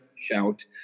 Shout